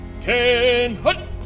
Ten